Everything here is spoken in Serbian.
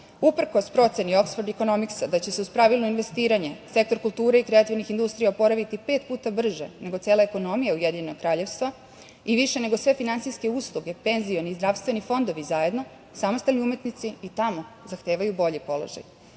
uprkos proceni „Oksford ekonomiksa“ da će se pravilno investiranje sektor kulture i kreativnih industrija oporaviti pet puta brže nego cela ekonomija Ujedinjenog Kraljevstva i više nego sve finansijske usluge, PIO zajedno, samostalni umetnici i tamo zahtevaju bolji